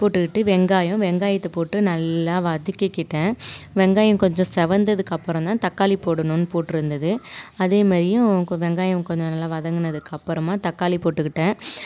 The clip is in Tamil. போட்டுக்கிட்டு வெங்காயம் வெங்காயத்தப் போட்டு நல்லா வதக்கிக்கிட்டேன் வெங்காயம் கொஞ்சம் செவந்ததுக்கு அப்பறம்தான் தக்காளிபோடனுன்னு போட்டுருந்தது அதேமாதிரியும் வெங்காயம் கொஞ்சம் நல்லா வதங்குனதுக்க அப்பறமாக தக்காளி போட்டுக்கிட்டேன்